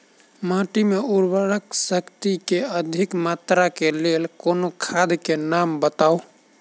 माटि मे उर्वरक शक्ति केँ अधिक मात्रा केँ लेल कोनो खाद केँ नाम बताऊ?